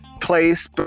place